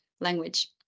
language